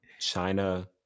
China